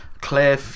Claire